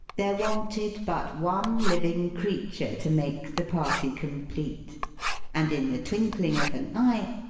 there wanted but one living creature to make the party complete and, in the twinkling of an eye,